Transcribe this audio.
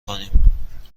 کنیم